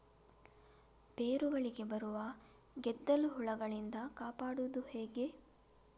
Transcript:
ಬೇರುಗಳಿಗೆ ಬರುವ ಗೆದ್ದಲು ಹುಳಗಳಿಂದ ಕಾಪಾಡುವುದು ಹೇಗೆ?